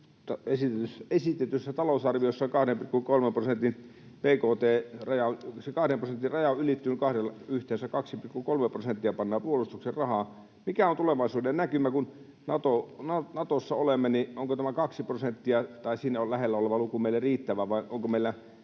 esitetyssä talousarviossa on 2,3 prosentin bkt-raja. Se 2 prosentin raja on ylittynyt, yhteensä 2,3 prosenttia pannaan puolustukseen rahaa. Mikä on tulevaisuudennäkymä, kun Natossa olemme? Onko tämä 2 prosenttia tai siinä lähellä oleva luku meille riittävä, vai onko meillä